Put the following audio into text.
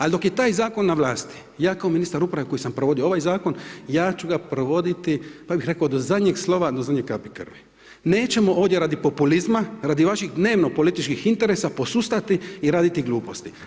Ali dok je taj zakon na vlasti ja kao ministar uprave koji sam provodio ovaj zakon, ja ću ga provoditi pa ja bih reko, do zadnjeg sloga, do zadnje kapi krvi, nećemo ovdje radi populizma, radi vaših dnevno političkih interesa posustati i raditi gluposti.